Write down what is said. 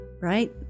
right